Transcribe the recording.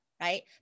right